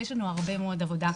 ויש לנו הרבה מאוד עבודה.